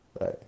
Right